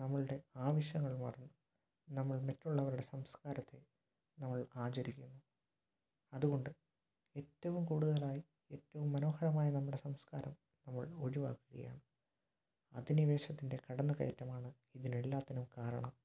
നമ്മളുടെ ആവശ്യങ്ങൾ മാറുന്നു നമ്മൾ മറ്റുള്ളവരുടെ സംസ്കാരത്തെ നമ്മൾ ആചരിക്കുന്നു അതുകൊണ്ട് ഏറ്റവും കൂടുതലായി ഏറ്റവും മനോഹരമായി നമ്മുടെ സംസ്കാരം നമ്മൾ ഒഴിവാക്കുകയാണ് അധിനിവേഷത്തിൻ്റെ കടന്നുകയറ്റമാണ് ഇതിനെല്ലാത്തിനും കാരണം